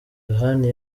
yohani